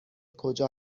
کجا